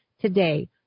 today